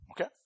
okay